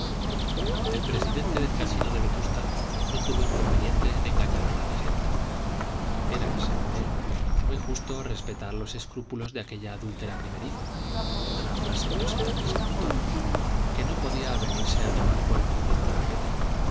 el presidente del casino de vetusta no tuvo inconveniente en engañar a la regenta era según él muy justo respetar los escrúpulos de aquella adúltera primeriza otra frase grosera del seductor que no podía avenirse a tomar por encubridora a petra